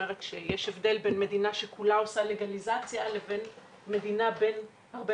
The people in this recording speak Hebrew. יש הבדל בין מדינה שעושה כולה לגליזציה לבין מדינה בין הרבה